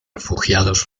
refugiados